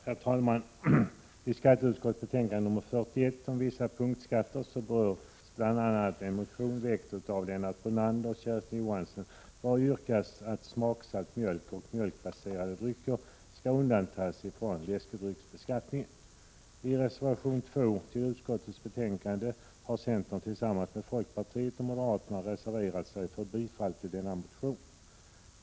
Herr talman! I skatteutskottets betänkande 41 om vissa punktskatter berörs bl.a. en motion väckt av Lennart Brunander och Kersti Johansson, vari yrkas att smaksatt mjölk och mjölkbaserade drycker skall undantas från läskedrycksbeskattning. I reservation 2 till utskottets betänkande har centern tillsammans med folkpartiet och moderaterna reserverat sig för bifall till denna motion.